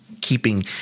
keeping